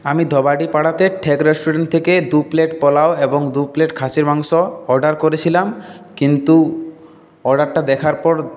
আমি ধোবাড়ি পাড়াতে ঠেক রেস্টুরেন্ট থেকে দু প্লেট পোলাও এবং দু প্লেট খাসির মাংস অর্ডার করেছিলাম কিন্তু অর্ডারটা দেখার পর